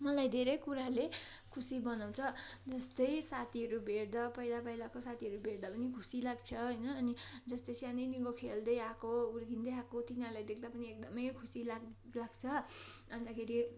मलाई धेरै कुराहरूले खुसी बनाउँछ जस्तै साथीहरू भेट्दा पहिला पहिलाको साथीहरू भेट्दा पनि खुसी लाग्छ होइन अनि जस्तै सानैदेखिको खेल्दै आएको हुर्किँदै आएको तिनीहरूलाई देख्दा पनि एकदमै खुसी लाग् लाग्छ अन्तखेरि